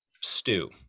stew